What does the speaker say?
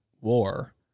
war